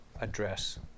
address